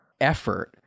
effort